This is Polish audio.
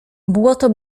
błoto